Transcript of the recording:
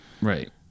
Right